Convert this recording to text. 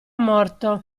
morto